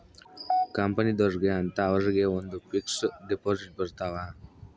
ಕಂಪನಿದೊರ್ಗೆ ಅಂತ ಅವರಿಗ ಒಂದ್ ಫಿಕ್ಸ್ ದೆಪೊಸಿಟ್ ಬರತವ